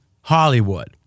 Hollywood